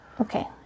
Okay